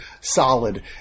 solid